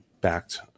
backed